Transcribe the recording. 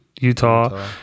Utah